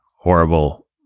Horrible